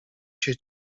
się